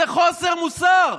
זה חוסר מוסר,